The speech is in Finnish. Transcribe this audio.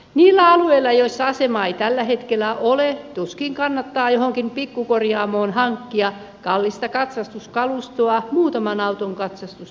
niillä alueilla joilla asemaa ei tällä hetkellä ole tuskin kannattaa johonkin pikkukorjaamoon hankkia kallista katsastuskalustoa muutaman auton katsastusta varten